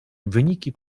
wyniki